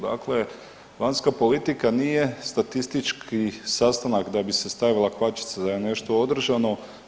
Dakle vanjska politika nije statistički sastanak da bi se stavila kvačica da je nešto održano.